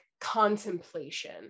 contemplation